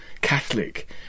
catholic